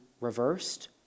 reversed